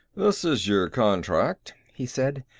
this is your contract, he said.